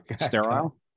Sterile